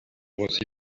aussi